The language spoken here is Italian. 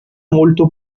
molto